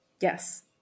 Yes